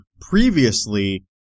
previously